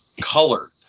colored